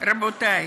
רבותי,